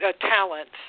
talents